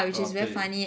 okay